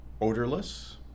odorless